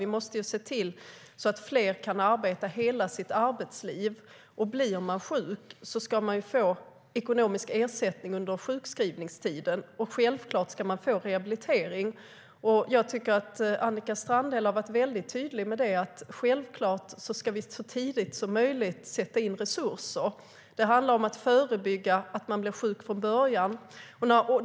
Vi måste se till att fler kan arbeta hela sitt arbetsliv. Blir man sjuk ska man få ekonomisk ersättning under sjukskrivningstiden, och självklart ska man få rehabilitering. Jag tycker att Annika Strandhäll har varit väldigt tydlig med att resurser självklart ska sättas in så tidigt som möjligt. Det handlar om att förebygga sjukdom.